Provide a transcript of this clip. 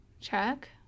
check